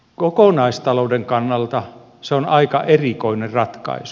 kokonaistalouden kannalta se on aika erikoinen ratkaisu